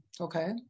Okay